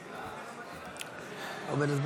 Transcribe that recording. כמובן,